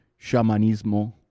shamanismo